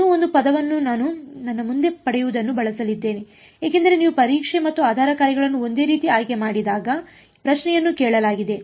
ಇನ್ನೂ ಒಂದು ಪದವನ್ನು ನಾನು ನನ್ನ ಮುಂದೆ ಪಡೆಯುವುದನ್ನು ಬಳಸಲಿದ್ದೇನೆ ಏಕೆಂದರೆ ನೀವು ಪರೀಕ್ಷೆ ಮತ್ತು ಆಧಾರ ಕಾರ್ಯಗಳನ್ನು ಒಂದೇ ರೀತಿ ಆಯ್ಕೆ ಮಾಡಿದಾಗ ಪ್ರಶ್ನೆಯನ್ನು ಕೇಳಲಾಗಿದೆ